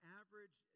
average